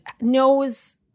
knows